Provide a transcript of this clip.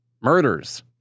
murders